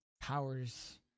powers